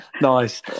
Nice